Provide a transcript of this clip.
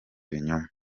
ibinyoma